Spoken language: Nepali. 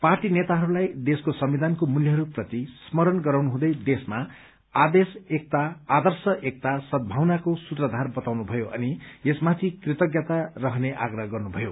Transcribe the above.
पार्टी नेताहरूलाई देशको संविधानको मूल्यहरू प्रति स्मरण गराउनु हुँदै देशमा आदेश एकता सद्भावनाको सूत्रधार बताउनुभयो अनि यसमाथि कृतज्ञता रहने आग्रह गर्नुभयो